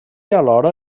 alhora